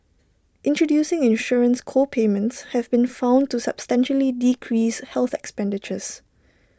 introducing insurance co payments have been found to substantially decrease health expenditures